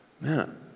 Man